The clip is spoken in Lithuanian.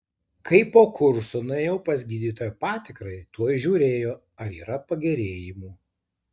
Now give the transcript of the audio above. kai po kurso nuėjau pas gydytoją patikrai tuoj žiūrėjo ar yra pagerėjimų